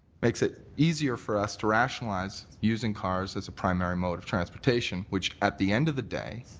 makes it easier for us to rationalize using cars as a primary mode of transportation which at the end of the day,